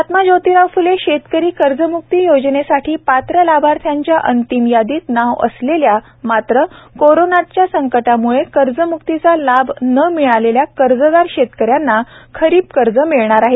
महात्मा जोतिराव फ्ले शेतकरी कर्जम्क्ती योजनेसाठी पात्र लाभार्थ्यांच्या अंतिम यादीत नाव असलेल्या मात्र कोरोनाच्या संकटामुळे कर्जमुक्तीचा लाभ न मिळालेल्या कर्जदार शेतकऱ्यांना खरीप कर्ज मिळणार आहे